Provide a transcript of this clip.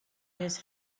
his